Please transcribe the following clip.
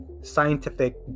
scientific